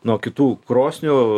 nuo kitų krosnių